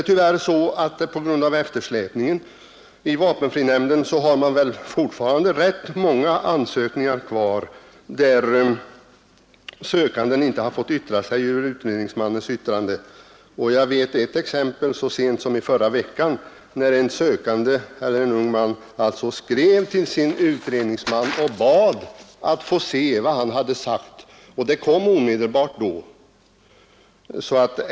På grund av eftersläpningen i vapenfrinämnden har nämnden tyvärr rätt många ansökningar kvar, där den sökande inte har fått yttra sig över utredningsmannens utlåtande. Jag har ett så färskt exempel som från förra veckan, när en sökande skrev till sin utredningsman och bad att få veta vad denne hade sagt. Det fick han omedelbart besked om.